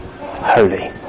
holy